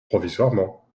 provisoirement